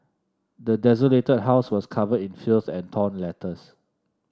the desolated house was covered in filth and torn letters